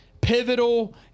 pivotal